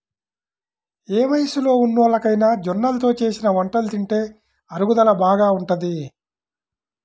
ఏ వయస్సులో ఉన్నోల్లకైనా జొన్నలతో చేసిన వంటలు తింటే అరుగుదల బాగా ఉంటది